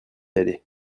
aller